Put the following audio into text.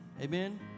Amen